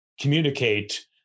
communicate